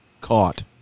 caught